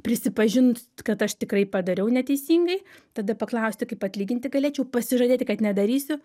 prisipažint kad aš tikrai padariau neteisingai tada paklausti kaip atlyginti galėčiau pasižadėti kad nedarysiu